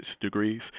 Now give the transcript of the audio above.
degrees